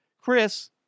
Chris